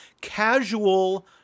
casual